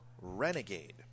Renegade